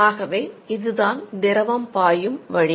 ஆகவே இதுதான் திரவம் பாயும் வழி